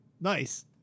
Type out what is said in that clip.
Nice